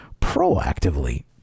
proactively